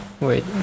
wait